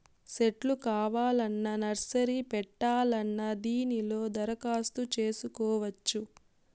సెట్లు కావాలన్నా నర్సరీ పెట్టాలన్నా దీనిలో దరఖాస్తు చేసుకోవచ్చు